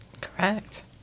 Correct